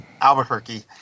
Albuquerque